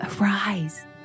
arise